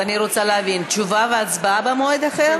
אז אני רוצה להבין, תשובה והצבעה במועד אחר?